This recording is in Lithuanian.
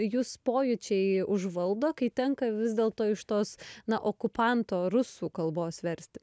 jus pojūčiai užvaldo kai tenka vis dėlto iš tos na okupanto rusų kalbos versti